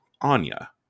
Anya